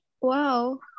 Wow